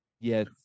Yes